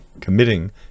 committing